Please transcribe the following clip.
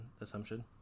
assumption